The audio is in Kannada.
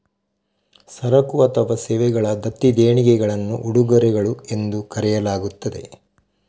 ಸರಕು ಅಥವಾ ಸೇವೆಗಳ ದತ್ತಿ ದೇಣಿಗೆಗಳನ್ನು ಉಡುಗೊರೆಗಳು ಎಂದು ಕರೆಯಲಾಗುತ್ತದೆ